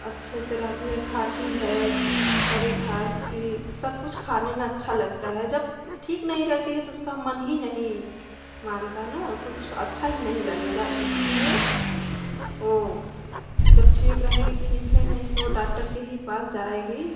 अच्छे से रहती है खाती है हरी घास भी सब कुछ खाने में अच्छा लगता है जब ठीक नहीं रहती है तो उसका मन ही नीं मानता ना कुछ अच्छा ही नहीं लगेगा इसीलिए वो जब ठीक रहेगी ठीक है नहीं तो डाक्टर के ही पास जाएगी